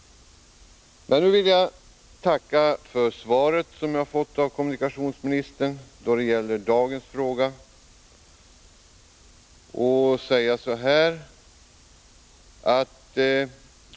Jag vill emellertid tacka för det svar på min fråga som jag fått av kommunikationsministern i dag.